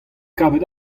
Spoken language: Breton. kavet